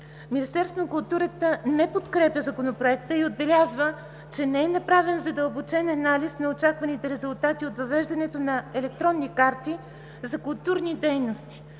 Министерството на културата не подкрепя Законопроекта и отбелязва, че не е направен задълбочен анализ на очакваните резултати от въвеждането на електронни карти за културни дейности.